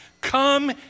Come